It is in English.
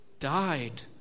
Died